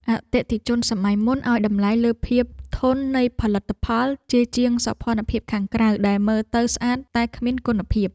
អតិថិជនសម័យមុនឱ្យតម្លៃលើភាពធន់នៃផលិតផលជាជាងសោភ័ណភាពខាងក្រៅដែលមើលទៅស្អាតតែគ្មានគុណភាព។